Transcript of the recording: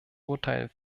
urteil